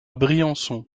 briançon